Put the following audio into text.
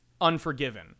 Unforgiven